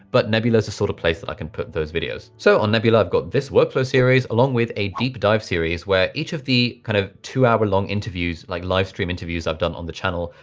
but nebula is a sort of place that i can put those videos. so on nebula, i've got this workflow series along with a deep dive series where each of the kind of two hour long interviews like live stream interviews, i've done on the channel.